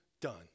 done